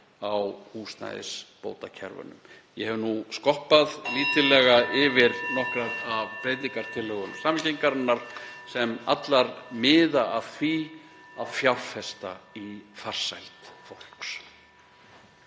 á húsnæðisbótakerfinu. Ég hef nú skoppað lítillega yfir nokkrar breytingartillögur Samfylkingarinnar sem miða allar að því að fjárfesta í farsæld fólks.